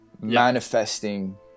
manifesting